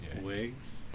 Wigs